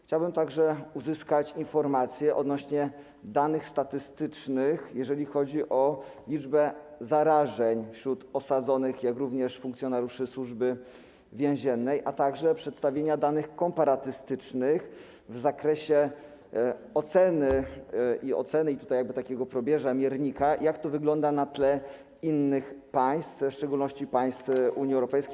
Chciałbym także uzyskać informację odnośnie do danych statystycznych, jeżeli chodzi o liczbę zarażeń wśród osadzonych, jak również funkcjonariuszy Służby Więziennej, a także przedstawienia danych komparatystycznych w zakresie oceny, jakby takiego probierza, miernika, jak to wygląda na tle innych państw, w szczególności państw Unii Europejskiej.